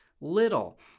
little